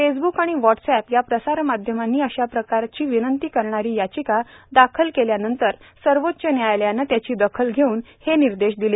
Facebook आणि WhatsApp या प्रसारमाध्यमांनी अशा प्रकारची विनंती करणारी याचिका दाखल केल्यानंतर सर्वोच्च न्यायालयानं त्यांची दखल घेऊन हे निर्देश दिले